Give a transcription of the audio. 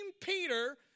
Peter